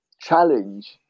challenge